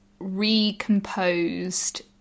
recomposed